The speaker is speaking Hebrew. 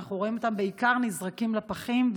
אנחנו רואים אותם בעיקר נזרקים לפחים.